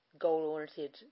Goal-oriented